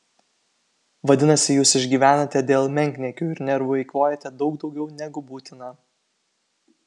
vadinasi jūs išgyvenate dėl menkniekių ir nervų eikvojate daug daugiau negu būtina